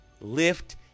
Lift